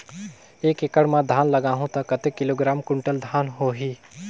एक एकड़ मां धान लगाहु ता कतेक किलोग्राम कुंटल धान होही?